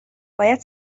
باید